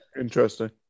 Interesting